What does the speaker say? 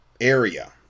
area